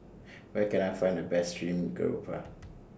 Where Can I Find The Best Stream Grouper